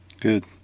Good